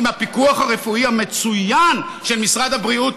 עם הפיקוח הרפואי המצוין של משרד הבריאות,